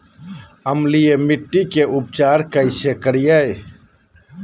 अम्लीय मिट्टी के उपचार कैसे करियाय?